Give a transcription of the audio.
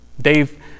Dave